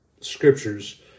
scriptures